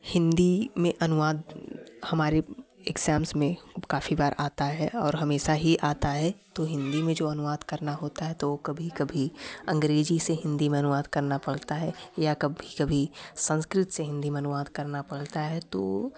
हिंदी में अनुवाद हमारे इग्ज़ाम्स में काफ़ी बार आता है और हमेशा ही आता है तो हिंदी में जो अनुवाद करना होता है तो कभी कभी अंग्रेज़ी से हिंदी में अनुवाद करना पड़ता है या कभी कभी संस्कृत से हिंदी में अनुवाद करना पड़ता है तो